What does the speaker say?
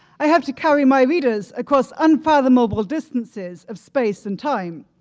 i have to carry my readers across unfathomable distances of space and time.